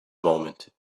moment